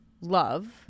Love